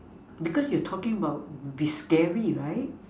because you talking about they scary right